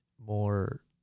more